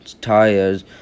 tires